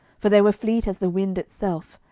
for they were fleet as the wind itself,